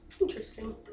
Interesting